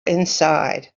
inside